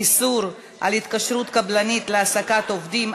איסור על התקשרות קבלנית להעסקת עובדים),